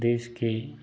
देश के